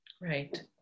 Right